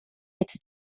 its